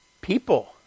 people